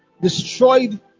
destroyed